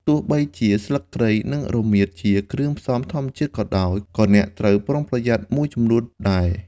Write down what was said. ទោះបីជាស្លឹកគ្រៃ និងរមៀតជាគ្រឿងផ្សំធម្មជាតិក៏ដោយ ក៏អ្នកត្រូវប្រុងប្រយ័ត្នមួយចំនួនដែរ។